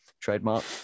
trademark